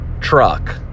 truck